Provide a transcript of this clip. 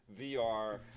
VR